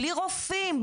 בלי רופאים,